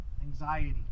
anxiety